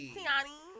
Tiani